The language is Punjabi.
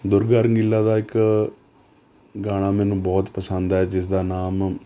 ਦੁਰਗਾ ਰੰਗੀਲਾ ਦਾ ਇੱਕ ਗਾਣਾ ਮੈਨੂੰ ਬਹੁਤ ਪਸੰਦ ਹੈ ਜਿਸਦਾ ਨਾਮ